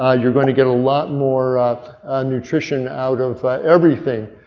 ah you're gonna get a lot more nutrition out of everything.